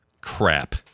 Crap